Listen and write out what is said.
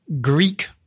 Greek